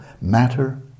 matter